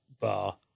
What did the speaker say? bar